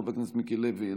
חבר הכנסת מיקי לוי,